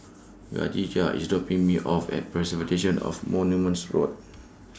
Kadijah IS dropping Me off At Preservation of Monuments Board